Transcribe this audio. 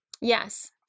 Yes